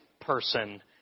person